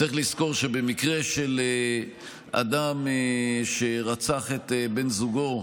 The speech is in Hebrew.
צריך לזכור שבמקרה של אדם שרצח את בן זוגו,